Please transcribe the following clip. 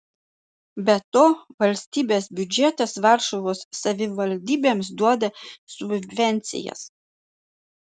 be to valstybės biudžetas varšuvos savivaldybėms duoda subvencijas